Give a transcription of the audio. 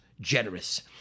generous